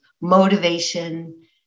motivation